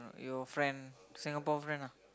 your friend Singapore friend ah